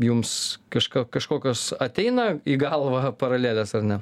jums kažką kažkokios ateina į galvą paralelės ar ne